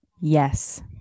Yes